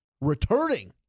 returning